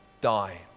die